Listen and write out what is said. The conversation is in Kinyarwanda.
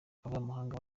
kavamahanga